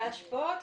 ההשפעות,